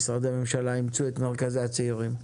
משרדי הממשלה אימצו את מרכזי הצעירים.